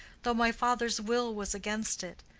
though my father's will was against it.